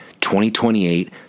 20.28